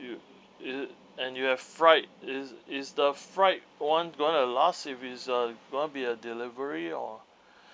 you you and you have fried is is the fried [one] gonna to last if it is uh gonna be a delivery or